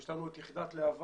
יש לנו את יחידת להבה,